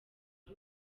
ari